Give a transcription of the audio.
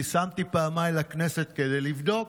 שמתי פעמיי לכנסת כדי לבדוק,